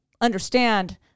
understand